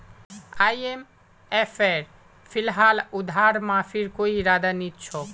आईएमएफेर फिलहाल उधार माफीर कोई इरादा नी छोक